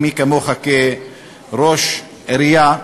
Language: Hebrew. ומי כמוך כראש עירייה,